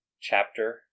Chapter